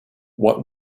what